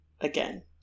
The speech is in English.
again